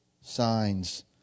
signs